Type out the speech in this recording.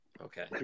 Okay